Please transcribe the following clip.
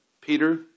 Peter